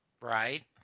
Right